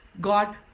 God